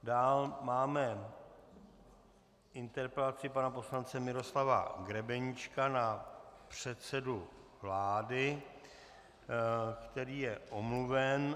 Dále máme interpelaci pana poslance Miroslava Grebeníčka na předsedu vlády, který je omluven.